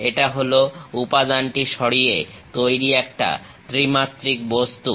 এটা হলো উপাদানটি দিয়ে তৈরি একটা ত্রিমাত্রিক বস্তু